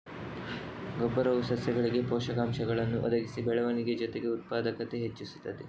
ಗೊಬ್ಬರವು ಸಸ್ಯಗಳಿಗೆ ಪೋಷಕಾಂಶಗಳನ್ನ ಒದಗಿಸಿ ಬೆಳವಣಿಗೆ ಜೊತೆಗೆ ಉತ್ಪಾದಕತೆ ಹೆಚ್ಚಿಸ್ತದೆ